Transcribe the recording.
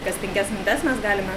kas penkias minutes mes galime